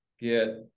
get